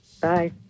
Bye